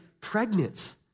pregnant